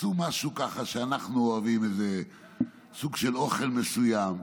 חפשו משהו שאנחנו אוהבים, איזה סוג של אוכל מסוים.